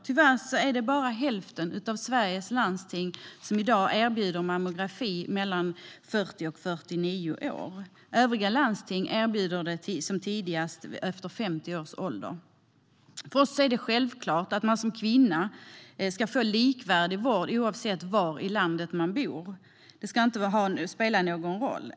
Tyvärr är det bara hälften av Sveriges landsting som i dag erbjuder mammografi till kvinnor i åldrarna 40-49 år. Övriga landsting erbjuder det som tidigast efter 50 års ålder. För oss är det självklart att man som kvinna ska få likvärdig vård oavsett var i landet man bor. Det ska inte spela någon roll.